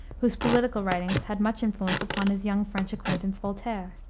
whose political writings had much influence upon his young french acquaintance, voltaire.